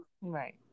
Right